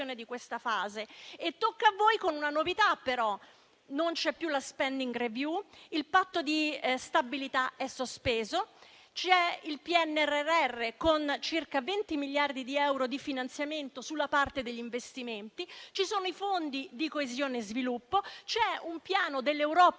di questa fase. Tocca a voi, però con una novità: non c'è più la *spending review*; il patto di stabilità è sospeso; c'è il PNRR, con circa 20 miliardi di euro di finanziamento sulla parte degli investimenti; ci sono i fondi di coesione e sviluppo; c'è un piano dell'Europa